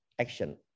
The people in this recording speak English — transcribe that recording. action